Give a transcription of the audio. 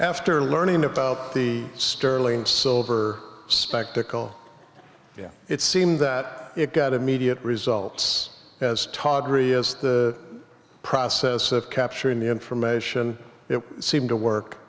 after learning of the sterling silver spectacle it seemed that it got immediate results as tawdry as the process of capturing the information that seemed to work